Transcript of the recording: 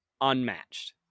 unmatched